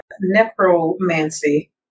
necromancy